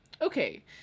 Okay